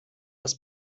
das